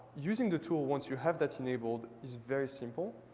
using the tool, once you have that enabled, is very simple.